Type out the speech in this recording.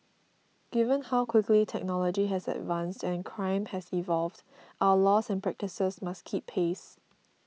given how quickly technology has advanced and crime has evolved our laws and practices must keep pace